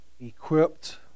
equipped